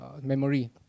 memory